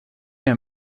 mir